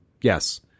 Yes